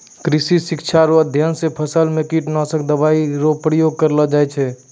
कृषि शिक्षा रो अध्ययन से फसल मे कीटनाशक दवाई रो प्रयोग करलो जाय छै